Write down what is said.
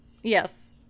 Yes